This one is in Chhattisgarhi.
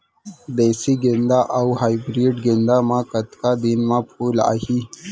देसी गेंदा अऊ हाइब्रिड गेंदा म कतका दिन म फूल आही?